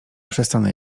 przestanę